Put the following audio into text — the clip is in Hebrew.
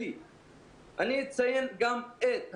אני חושב שזה מחזיר ומגביר את האמון בין המערכת לבין ההורים.